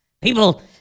People